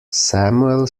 samuel